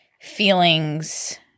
feelings